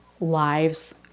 lives